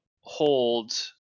hold